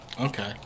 Okay